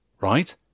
right